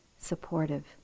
supportive